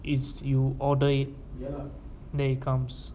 it's you order it then it comes